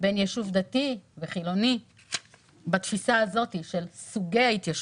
בין ישוב דתי לחילוני בתפיסה הזאת של סוגי ההתיישבות.